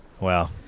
Wow